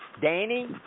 Danny